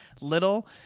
little